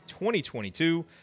2022